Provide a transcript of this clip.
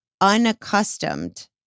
unaccustomed